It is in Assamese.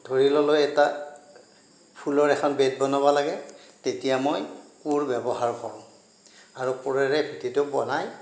ধৰি ল'লো এটা ফুলৰ এখন গেট বনাব লাগে তেতিয়া মই কোৰ ব্যৱহাৰ কৰোঁ আৰু কোৰেৰে ভেটিটো বনাই